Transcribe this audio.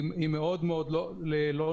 היא מאוד מאוד לא נכונה.